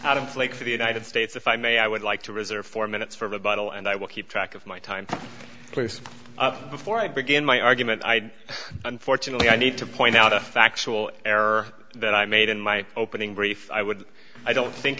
out of play for the united states if i may i would like to reserve four minutes for rebuttal and i will keep track of my time please before i begin my argument i unfortunately i need to point out a factual error that i made in my opening brief i would i don't think